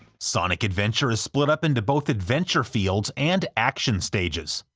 sonic adventure is split up into both adventure fields and action stages.